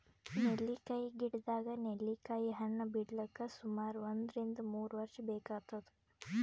ನೆಲ್ಲಿಕಾಯಿ ಗಿಡದಾಗ್ ನೆಲ್ಲಿಕಾಯಿ ಹಣ್ಣ್ ಬಿಡ್ಲಕ್ ಸುಮಾರ್ ಒಂದ್ರಿನ್ದ ಮೂರ್ ವರ್ಷ್ ಬೇಕಾತದ್